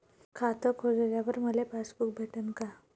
खातं खोलल्यावर मले पासबुक भेटन का?